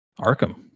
Arkham